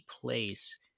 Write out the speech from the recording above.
place